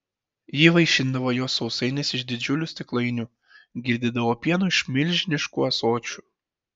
ji vaišindavo juos sausainiais iš didžiulių stiklainių girdydavo pienu iš milžiniškų ąsočių